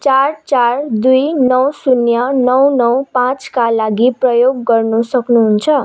चार चार दुई नौ शून्य नौ नौ पाँचका लागि प्रयोग गर्न सक्नुहुन्छ